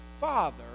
father